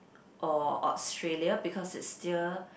or Australia because it's still